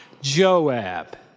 Joab